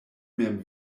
mem